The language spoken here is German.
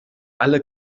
alle